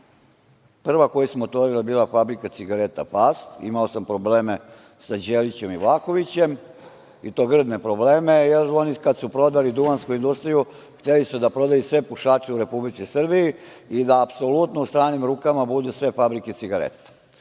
Prva koju smo otvorili je bila fabrika cigareta „Fast“. Imao sam probleme sa Đelićem i Vlahovićem, i to grdne probleme, jer oni kad su prodali duvansku industriju hteli su da prodaju sve pušače u Republici Srbiji i da apsolutno u stranim rukama budu sve fabrike cigareta.